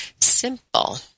simple